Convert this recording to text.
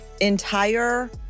entire